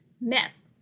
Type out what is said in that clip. myth